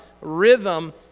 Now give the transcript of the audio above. rhythm